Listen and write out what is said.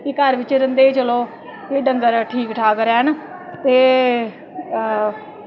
घर बिच रैहंदे चलो डंगर ठीक ठाक रैह्न ते